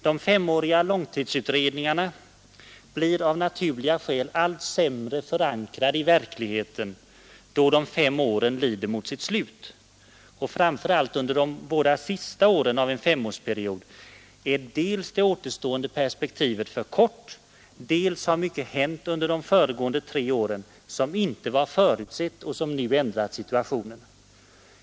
De femåriga långtidsutredningarna blir av naturliga skäl allt sämre förankrade i verkligheten då de fem åren lider mot sitt slut. Framför allt under de båda sista åren av en femårsperiod är dels det återstående perspektivet för kort, dels har mycket hänt under de föregående tre åren som inte var förutsett och som nu ändrat situationen.